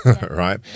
right